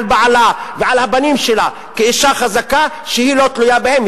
על בעלה ועל הבנים שלה כאשה חזקה ולא תלויה בהם.